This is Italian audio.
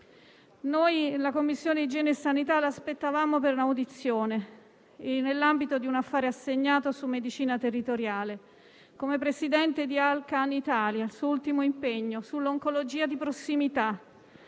Noi, la Commissione igiene e sanità l'aspettavamo per un'audizione nell'ambito di un affare assegnato sulla medicina territoriale, come presidente di All.Can Italia, il suo ultimo impegno, sull'oncologia di prossimità.